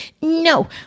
No